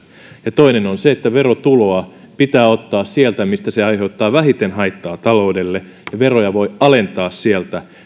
ja toinen on se että verotuloa pitää ottaa sieltä missä se aiheuttaa vähiten haittaa taloudelle ja veroja voi alentaa sieltä